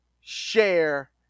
share